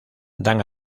dan